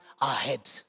ahead